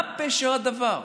מה פשר הדבר?